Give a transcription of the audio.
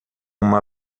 uma